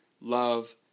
love